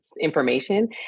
information